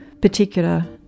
particular